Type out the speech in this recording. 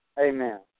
Amen